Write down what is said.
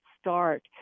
start